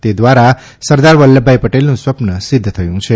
તે દ્વારા સરદાર વલ્લભભાઇ પટેલનું સ્વપ્ન સિદ્ધ થયું છે